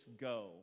go